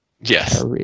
Yes